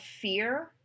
fear